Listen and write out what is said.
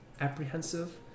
apprehensive